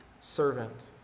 servant